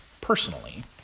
personally